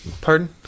Pardon